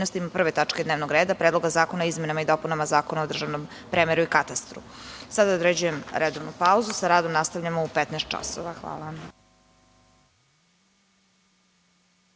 prve tačke dnevnog reda – Predloga zakona o izmenama i dopunama Zakona o državnom premeru i katastru. Sada određujem redovnu pauzu i sa radom nastavljamo u 15.00